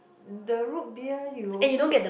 the Root beer you also